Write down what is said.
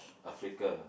Africa